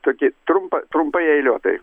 tokii trumpą trumpai eiliuotai